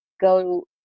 go